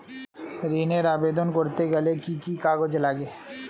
ঋণের আবেদন করতে গেলে কি কি কাগজ লাগে?